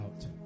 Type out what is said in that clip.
out